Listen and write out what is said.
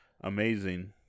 amazing